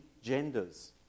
genders